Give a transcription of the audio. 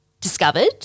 discovered